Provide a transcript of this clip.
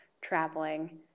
traveling